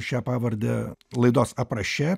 šią pavardę laidos apraše